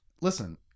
Listen